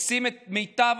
עושים את מיטב